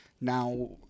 Now